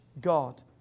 God